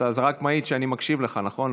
זה רק מעיד שאני מקשיב לך, נכון?